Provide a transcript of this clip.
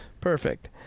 perfect